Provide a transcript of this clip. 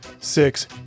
six